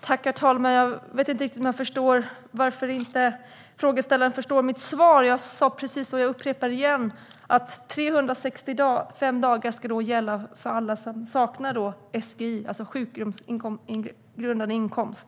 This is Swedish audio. Herr talman! Jag vet inte riktigt om jag förstår varför frågeställaren inte förstår mitt svar. Jag sa precis det, och jag upprepar det igen. Det ska gälla 365 dagar för alla som saknar SGI, det vill säga sjukpenninggrundande inkomst.